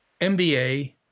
MBA